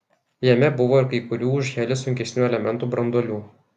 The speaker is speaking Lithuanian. jame buvo ir kai kurių už helį sunkesnių elementų branduolių